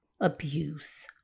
abuse